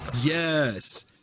Yes